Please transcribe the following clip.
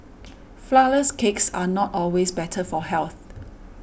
Flourless Cakes are not always better for health